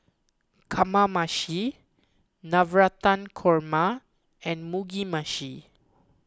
Kamameshi Navratan Korma and Mugi Meshi